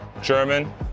German